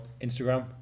Instagram